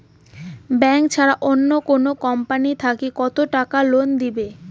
Bank ছাড়া অন্য কোনো কোম্পানি থাকি কত টাকা লোন দিবে?